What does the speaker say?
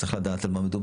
צריך לדעת על מה מדובר.